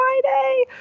friday